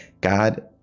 god